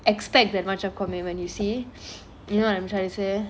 expect that much of commitment you see you know what I'm trying to say